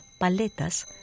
paletas